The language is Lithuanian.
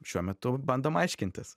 šiuo metu bandom aiškintis